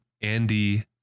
Andy